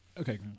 okay